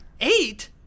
Eight